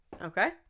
okay